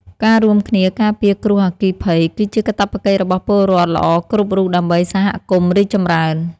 ការរួមគ្នាការពារគ្រោះអគ្គិភ័យ គឺជាកាតព្វកិច្ចរបស់ពលរដ្ឋល្អគ្រប់រូបដើម្បីសហគមន៍រីកចម្រើន។